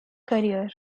career